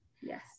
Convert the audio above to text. yes